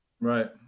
Right